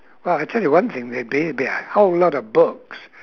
well I tell you one thing there'd be there'd be a whole lot of books